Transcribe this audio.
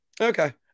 Okay